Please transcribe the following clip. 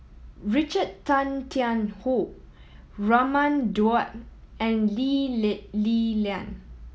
Richard Tay Tian Hoe Raman Daud and Lee Li Lian